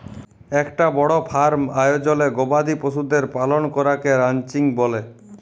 একটা বড় ফার্ম আয়জলে গবাদি পশুদের পালন করাকে রানচিং ব্যলে